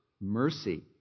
mercy